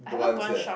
do one set